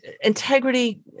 integrity